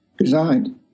resigned